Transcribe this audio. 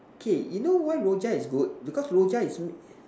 K you know why Rojak is good because Rojak is